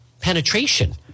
penetration